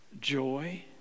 joy